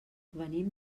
venim